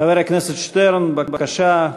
חבר הכנסת שטרן, בבקשה,